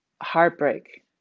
heartbreak